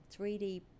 3d